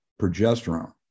progesterone